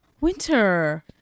winter